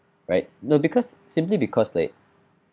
right no because simply because like